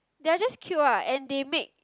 they're just cute what and they make